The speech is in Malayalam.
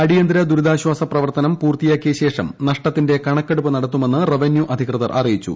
അടിയന്തിര ദുരിതാശ്വാസ് പ്രവർത്തനം പൂർത്തിയാക്കിയശേഷം നഷ്ടത്തിന്റെ കണക്കെടുപ്പ് നടത്തുമെന്ന് റവ്യൂവകുപ്പ് അറിയിച്ചു